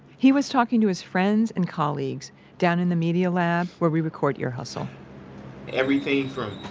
he was talking to his friends and colleagues down in the media lab where we record ear hustle everything from